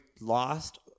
lost